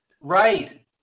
Right